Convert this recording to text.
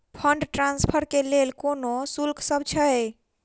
Fund transfer केँ लेल कोनो शुल्कसभ छै?